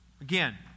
Again